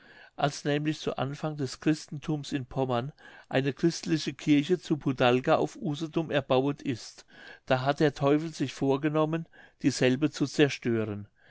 als nämlich zu anfang des christenthums in pommern eine christliche kirche zu pudalga auf usedom erbauet ist da hat der teufel sich vorgenommen dieselbe zu zerstören